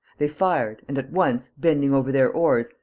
they fired and, at once, bending over their oars,